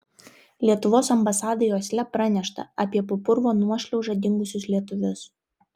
lietuvos ambasadai osle pranešta apie po purvo nuošliauža dingusius lietuvius